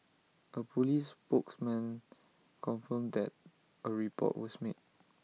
A Police spokesman confirmed that A report was made